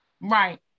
right